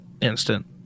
instant